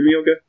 okay